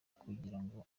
kugirango